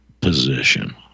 position